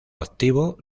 activo